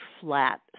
flat